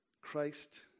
Christ